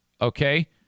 Okay